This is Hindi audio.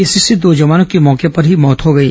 इससे दो जवानों की मौके पर ही मौत हो गई